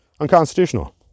Unconstitutional